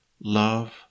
love